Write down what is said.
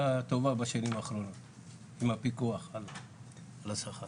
טובה בשנים האחרונות עם הפיקוח על השכר.